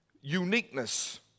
uniqueness